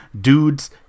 dudes